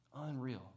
Unreal